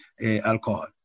alcohol